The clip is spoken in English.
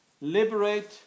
Liberate